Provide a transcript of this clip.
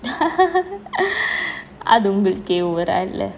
அது உங்களுக்கே:athu ungalukkeh over ah இல்லை:illai